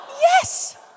Yes